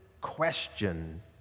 question